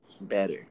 better